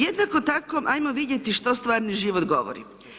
Jednako tako, ajmo vidjeti što stvarni život govori.